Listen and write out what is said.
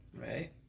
Right